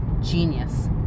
genius